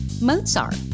Mozart